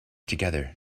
together